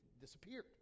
disappeared